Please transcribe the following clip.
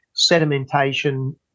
sedimentation